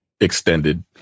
extended